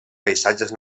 paisatges